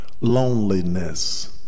loneliness